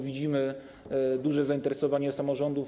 Widzimy duże zainteresowanie samorządów.